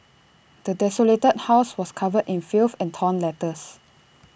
the desolated house was covered in filth and torn letters